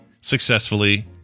successfully